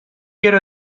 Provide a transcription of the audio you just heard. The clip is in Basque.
gero